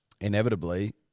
inevitably